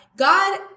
God